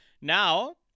Now